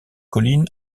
colline